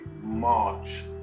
March